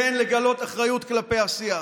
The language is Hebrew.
כן לגלות אחריות כלפי השיח,